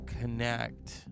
connect